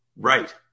right